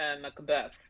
Macbeth